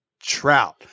Trout